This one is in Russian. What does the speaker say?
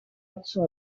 отцу